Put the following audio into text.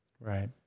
right